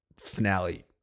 finale